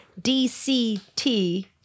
DCT